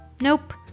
Nope